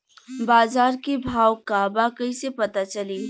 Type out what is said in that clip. बाजार के भाव का बा कईसे पता चली?